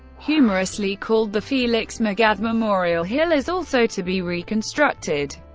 humorously called the felix magath memorial hill, is also to be reconstructed.